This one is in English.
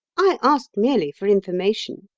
i ask merely for information.